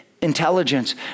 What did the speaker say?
intelligence